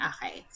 Okay